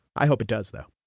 i hope it does though